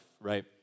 right